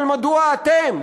אבל מדוע אתם,